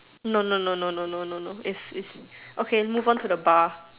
no no no no no no no it's it's okay move on to the bar